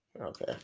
Okay